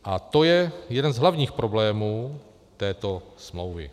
A to je jeden z hlavních problémů této smlouvy.